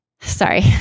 sorry